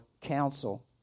counsel